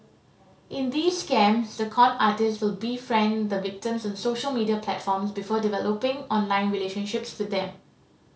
in these scams the con artists would befriend the victims on social media platforms before developing online relationships with them